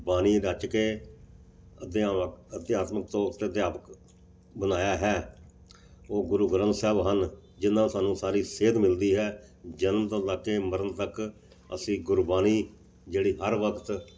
ਬਾਣੀ ਰਚ ਕੇ ਅਧਿਆਤਮਿਕ ਤੌਰ 'ਤੇ ਅਧਿਆਪਕ ਬਣਾਇਆ ਹੈ ਉਹ ਗੁਰੂ ਗ੍ਰੰਥ ਸਾਹਿਬ ਹਨ ਜਿਹਦੇ ਨਾਲ ਸਾਨੂੰ ਸਾਰੀ ਸੇਧ ਮਿਲਦੀ ਹੈ ਜਨਮ ਤੋਂ ਲੱਗ ਕੇ ਮਰਨ ਤੱਕ ਅਸੀਂ ਗੁਰਬਾਣੀ ਜਿਹੜੀ ਹਰ ਵਕਤ